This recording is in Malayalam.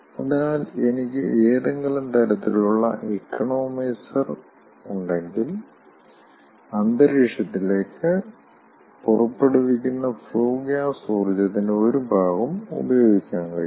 അതിനാൽ എനിക്ക് ഏതെങ്കിലും തരത്തിലുള്ള ഇക്കണോമൈസർ ഉണ്ടെങ്കിൽ അന്തരീക്ഷത്തിലേക്ക് പുറപ്പെടുവിക്കുന്ന ഫ്ലൂ ഗ്യാസ് ഊർജ്ജത്തിന്റെ ഒരു ഭാഗം ഉപയോഗിക്കാൻ കഴിയും